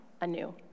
anew